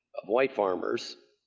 white farmers,